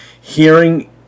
hearing